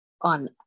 on